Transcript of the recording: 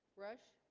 rush